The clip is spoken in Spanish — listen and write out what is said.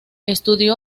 estudio